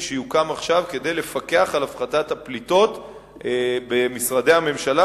שיוקם עכשיו כדי לפקח על הפחתת הפליטות במשרדי הממשלה,